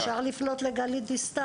אולי אפשר לפנות לגלית דיסטל.